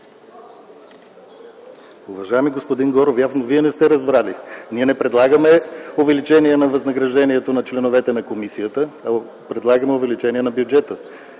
Уважаеми господин Горов, явно Вие не сте разбрали – ние не предлагаме увеличение на възнаграждението на членовете на комисията, а предлагаме увеличение на бюджета.